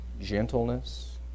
gentleness